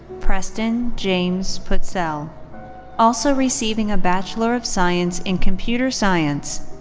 preston james putzel, also receiving a bachelor of science in computer science.